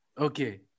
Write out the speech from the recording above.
okay